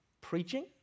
preaching